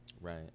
Right